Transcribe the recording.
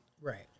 Right